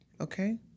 Okay